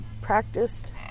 practiced